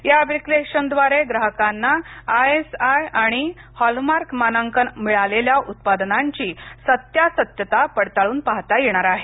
या एप्लिकेशनद्वारे ग्राहकांना आय एस आय आणिहॉलमार्क मानांकन मिळालेल्या उत्पादनांची सत्यासत्यता पडताळून पाहता येणार आहे